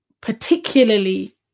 particularly